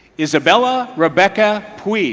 isabella rebecca puig